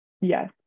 Yes